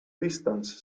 distance